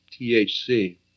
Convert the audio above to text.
THC